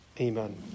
Amen